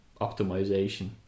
optimization